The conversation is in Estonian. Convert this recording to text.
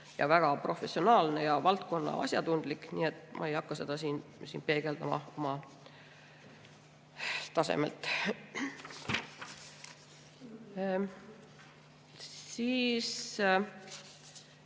ja väga professionaalne ja valdkonnaasjatundlik, nii et ma ei hakka seda siin oma tasemelt